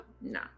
no